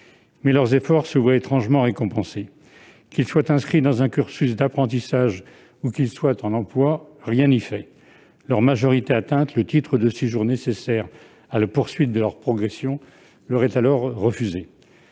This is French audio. Leurs efforts se voient étrangement récompensés ... Qu'ils soient inscrits dans un cursus d'apprentissage ou qu'ils soient en emploi, rien n'y fait. L'âge de la majorité atteint, le titre de séjour nécessaire à la poursuite de leur progression leur est refusé.